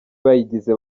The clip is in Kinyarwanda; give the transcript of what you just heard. bayigize